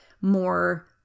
more